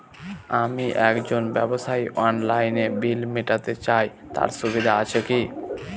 আমি একজন ব্যবসায়ী অনলাইনে বিল মিটাতে চাই তার সুবিধা আছে কি?